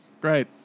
Great